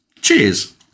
cheers